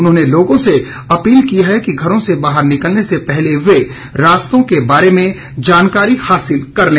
उन्होंने लोगों से अपील की है कि घरों से बाहर निकलने से पहले वे रास्तों के बारे में जानकारी हासिल कर लें